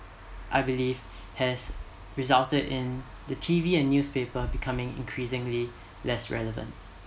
I believe has resulted in the T_V and newspaper becoming increasingly less relevant